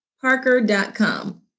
Parker.com